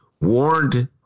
warned